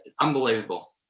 unbelievable